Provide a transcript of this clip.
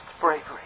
bravery